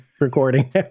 recording